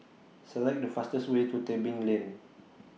Select The fastest Way to Tebing Lane